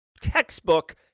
textbook